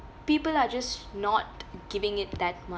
people are just not giving it that much